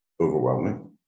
overwhelming